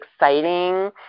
exciting